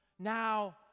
Now